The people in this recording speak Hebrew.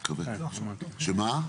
שמה?